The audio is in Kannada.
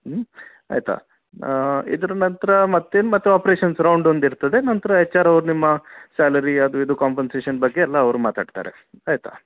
ಹ್ಞೂ ಆಯಿತಾ ಇದ್ರ ನಂತರ ಮತ್ತೇನು ಮತ್ತು ಒಪರೇಷನ್ಸ್ ರೌಂಡ್ ಒಂದು ಇರ್ತದೆ ನಂತರ ಎಚ್ ಆರ್ ಅವ್ರು ನಿಮ್ಮ ಸ್ಯಾಲರಿ ಅದು ಇದು ಕಾಂಪನ್ಸೇಷನ್ ಬಗ್ಗೆ ಎಲ್ಲ ಅವ್ರು ಮಾತಾಡ್ತಾರೆ ಆಯಿತಾ